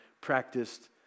practiced